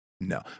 no